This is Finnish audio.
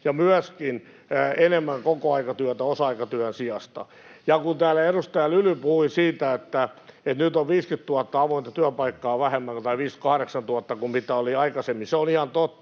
ja myöskin enemmän kokoaikatyötä osa-aikatyön sijasta. Kun täällä edustaja Lyly puhui siitä, että nyt on 58 000 avointa työpaikkaa vähemmän kuin mitä oli aikaisemmin, se on ihan totta.